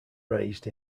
raised